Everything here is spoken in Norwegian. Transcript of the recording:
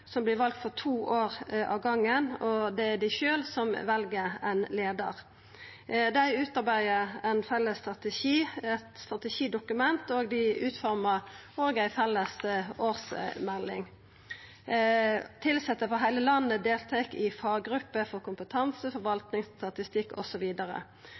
som vert valde for to år om gongen, og det er dei sjølve som vel ein leiar. Dei utarbeider ein felles strategi og eit strategidokument, og dei utformar òg ei felles årsmelding. Tilsette frå heile landet deltar i faggrupper for kompetanse,